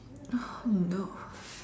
oh no